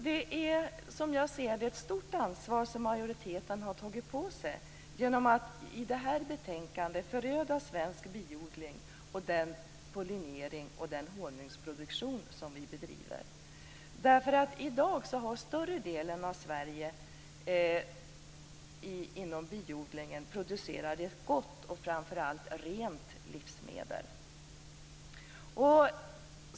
Det är som jag ser det ett stort ansvar som majoriteten har tagit på sig genom att i det här betänkandet föröda svensk biodling och den pollinering och honungsproduktion som vi bedriver. I dag producerar större delen av biodlingen i Sverige ett gott och framför allt rent livsmedel.